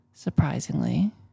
Surprisingly